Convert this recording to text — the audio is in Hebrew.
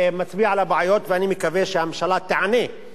ואני מציע שהממשלה תיענה או שתקים ועדה,